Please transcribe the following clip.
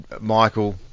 Michael